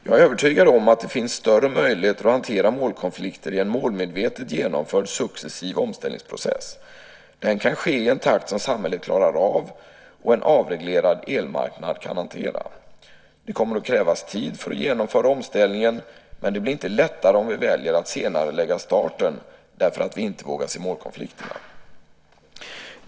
Jag är övertygad om att det finns större möjligheter att hantera målkonflikter i en målmedvetet genomförd successiv omställningsprocess. Den kan ske i en takt som samhället klarar av och en avreglerad elmarknad kan hantera. Det kommer att krävas tid för att genomföra omställningen, men det blir inte lättare om vi väljer att senarelägga starten därför att vi inte vågar se målkonflikterna.